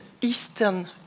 Eastern